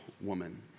woman